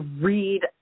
read